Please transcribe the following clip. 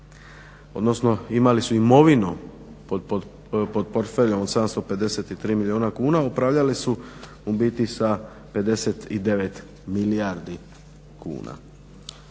odnosno imali su imovinu pod portfeljom od 753 milijuna kuna, upravljali su u biti sa 59 milijardi kuna.